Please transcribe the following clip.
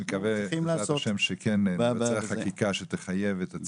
אני מקווה בעזרת השם שכן נבצע חקיקה שתחייב את ה-